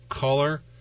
color